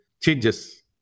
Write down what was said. changes